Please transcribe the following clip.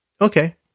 Okay